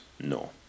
no